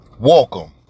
Welcome